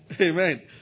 Amen